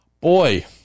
boy